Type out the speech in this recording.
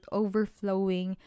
overflowing